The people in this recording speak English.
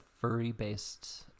furry-based